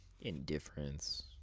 indifference